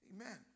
Amen